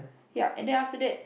ya and then after that